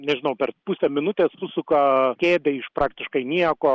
nežinau per pusę minutės susuka kėdę iš praktiškai nieko